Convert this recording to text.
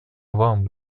вам